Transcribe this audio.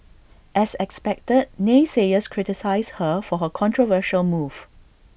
as expected naysayers criticised her for her controversial move